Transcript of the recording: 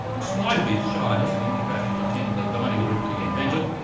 in spite of his shyness and incapacity to attend the dining group that he invented,